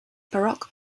baroque